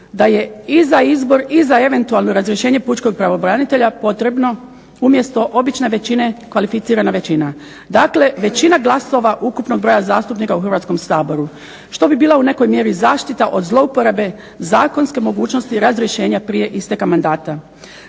da je i za izbor i za eventualno razrješenje pučkog pravobranitelja potrebno umjesto obične većine kvalificirana većina. Dakle, većina glasova ukupnog broja zastupnika u Hrvatskom saboru što bi bila u nekoj mjeri zaštita od zlouporabe zakonske mogućnosti razrješenja prije isteka mandata.